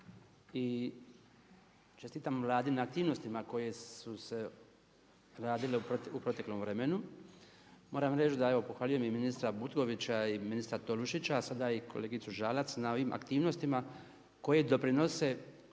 i čestitam Vladi na aktivnostima koje su se radile u proteklom vremenu. Moram reći da pohvaljujem i ministra Butkovića i ministra Tolušića, a sada i kolegicu Žalac na ovim aktivnostima koje doprinose